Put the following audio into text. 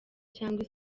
cyangwa